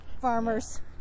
farmers